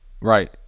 Right